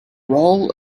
role